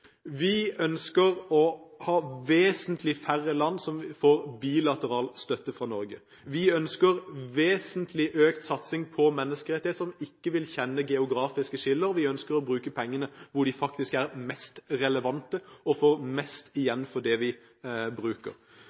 Vi ønsker å ha vesentlig færre land som får bilateral støtte fra Norge. Vi ønsker vesentlig økt satsing på menneskerettigheter som ikke kjenner geografiske skiller, vi ønsker å bruke pengene hvor de faktisk er mest relevante, og hvor vi får mest igjen for det vi bruker.